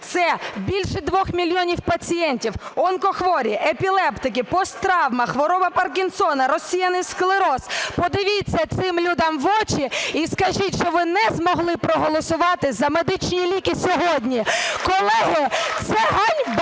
Це більше 2 мільйонів пацієнтів: онкохворі, епілептики, посттравма, хвороба Паркінсона, розсіяний склероз. Продивіться цим людям в очі і скажіть, що ви не змогли проголосувати за медичні ліки сьогодні. Колеги, це ганьба!